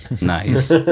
nice